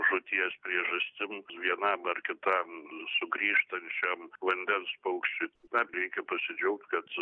žūties priežastim vienam ar kitam sugrįžtančiam vandens paukščiui bet reikia pasidžiaugt kad